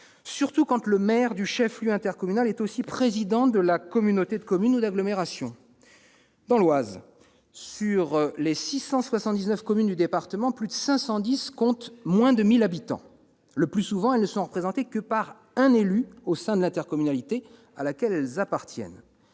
surtout quand le maire du chef-lieu intercommunal est aussi le président de la communauté de communes ou d'agglomération. Dans l'Oise, plus de 510 des 679 communes du département comptent moins de 1 000 habitants. Le plus souvent, elles ne sont représentées que par un élu au sein de l'intercommunalité à laquelle elles appartiennent